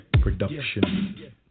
production